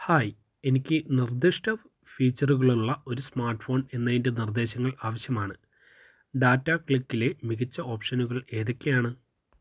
hi എനിക്ക് നിർദ്ദിഷ്ട ഫ് ഫീച്ചറുകളുള്ള ഒരു സ്മാർട്ട്ഫോൺ എന്നതിൻ്റെ നിർദ്ദേശങ്ങൾ ആവശ്യമാണ് ഡാറ്റ ക്ലിക്കിലെ മികച്ച ഓപ്ഷനുകൾ ഏതൊക്കെയാണ്